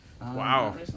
Wow